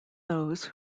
those